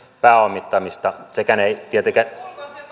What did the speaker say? pääomittamista sekään ei tietenkään